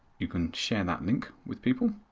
you can share that link with people